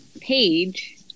page